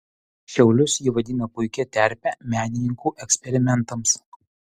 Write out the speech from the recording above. šiaulius ji vadina puikia terpe menininkų eksperimentams